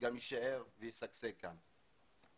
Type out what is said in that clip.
גם יישאר וישגשג כאן.